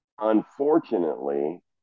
unfortunately